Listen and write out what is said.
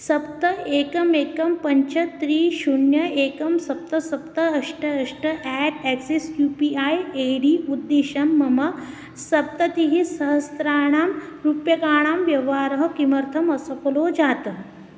सप्त एकम् एकं पञ्च त्रीणि शून्यम् एकं सप्त सप्त अष्ट अष्ट at Axis U P I A D उद्दिश्य मम सप्ततिः सहस्राणां रूप्यकाणां व्यवहारः किमर्थम् असफलो जातः